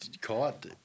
caught